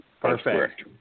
Perfect